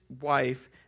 wife